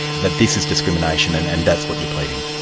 that this is discrimination, and and that's what you're pleading.